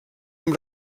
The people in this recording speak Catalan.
amb